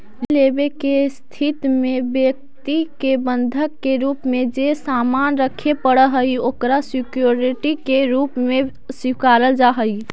ऋण लेवे के स्थिति में व्यक्ति के बंधक के रूप में जे सामान रखे पड़ऽ हइ ओकरा सिक्योरिटी के रूप में स्वीकारल जा हइ